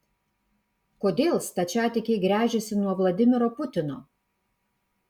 kodėl stačiatikiai gręžiasi nuo vladimiro putino